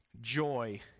joy